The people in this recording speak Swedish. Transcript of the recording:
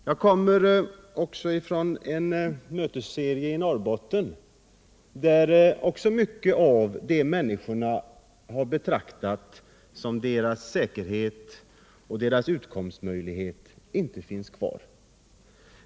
Jag kommer också från en mötesserie i Norrbotten, där mycket av det som människorna har betraktat som sin säkerhet och utkomstmöjlighet inte finns kvar.